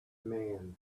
man